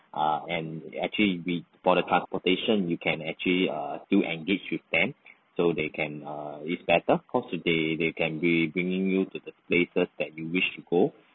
err and actually we for the transportation you can actually err do engage with them so they can err it's better because they they can be bringing you to the places that you wish to go